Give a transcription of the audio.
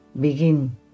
begin